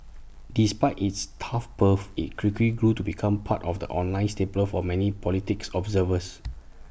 despite its tough birth IT quickly grew to become part of the online staple for many politics observers